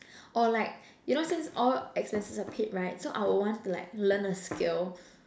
or like you know since all expenses are paid right so I would want to like learn a skill